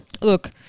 Look